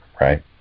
right